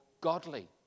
godly